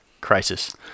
crisis